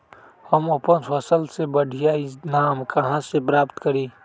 हम अपन फसल से बढ़िया ईनाम कहाँ से प्राप्त करी?